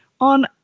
on